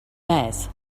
mass